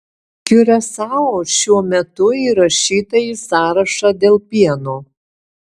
kiurasao šiuo metu įrašyta į sąrašą dėl pieno